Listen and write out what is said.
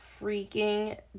freaking